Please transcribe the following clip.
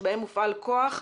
שבהם הופעל כוח,